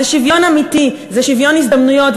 זה שוויון אמיתי, זה שוויון הזדמנויות.